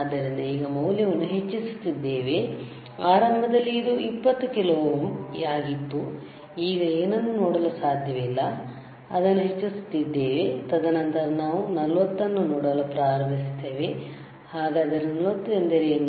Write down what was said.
ಆದ್ದರಿಂದ ಈಗ ಮೌಲ್ಯವನ್ನು ಹೆಚ್ಚಿಸುತ್ತಿದ್ದೇವೆ ಆರಂಭದಲ್ಲಿ ಇದು 20 ಕಿಲೋ ಓಮ್ ಆಗಿತ್ತು ಈಗ ಏನನ್ನೂ ನೋಡಲು ಸಾಧ್ಯವಿಲ್ಲ ನಾವು ಅದನ್ನು ಹೆಚ್ಚಿಸುತ್ತಿದ್ದೇವೆತದನಂತರ ನಾವು 40 ಅನ್ನು ನೋಡಲು ಪ್ರಾರಂಭಿಸುತ್ತೇವೆ ಹಾಗಾದರೆ 40 ಎಂದರೇನು